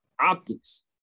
optics